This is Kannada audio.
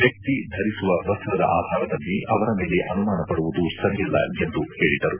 ವ್ಯಕ್ತಿ ಧರಿಸುವ ವಸ್ತ್ರದ ಆಧಾರದಲ್ಲಿ ಅವರ ಮೇಲೆ ಅನುಮಾನ ಪಡುವುದು ಸರಿಯಲ್ಲ ಎಂದು ಹೇಳಿದರು